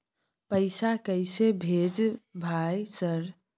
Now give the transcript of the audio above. पैसा कैसे भेज भाई सर?